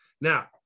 Now